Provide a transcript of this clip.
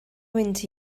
into